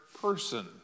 person